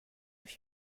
she